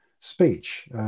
speech